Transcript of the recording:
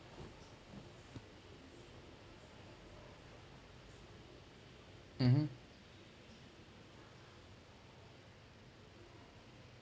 mmhmm